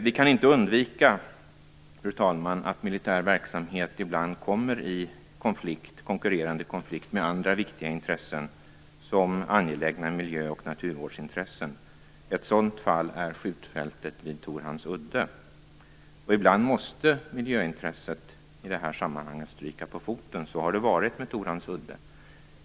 Vi kan inte undvika att militär verksamhet ibland kommer i konflikt med andra konkurrerande viktiga intressen, såsom angelägna miljö och naturvårdsintressen. Ett exempel är skjutfältet vid Torhamns udde. Ibland måste miljöintresset i det här sammanhanget stryka på foten. Så har det varit med Torhamns udde.